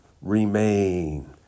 remain